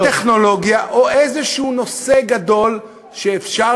או הטכנולוגיה או איזה נושא גדול שאפשר